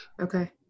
Okay